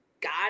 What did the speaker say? got